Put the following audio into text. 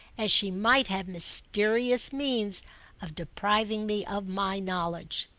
as she might have mysterious means of depriving me of my knowledge.